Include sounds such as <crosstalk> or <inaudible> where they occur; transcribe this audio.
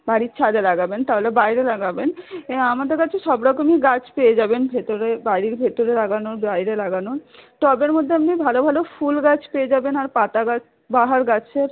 বাড়ির ছাদে লাগাবেন তাহলে বাইরে লাগাবেন <unintelligible> আমাদের কাছে সব রকমই গাছ পেয়ে যাবেন ভেতরে বাড়ির ভেতরে লাগানোর বাইরে লাগানোর টবের মধ্যে আপনি ভালো ভালো ফুল গাছ পেয়ে যাবেন আর পাতা গাছ বাহার গাছের